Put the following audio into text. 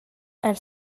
elle